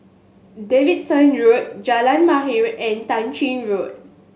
Davidson Road Jalan Mahir and Tah Ching Road